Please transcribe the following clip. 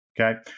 Okay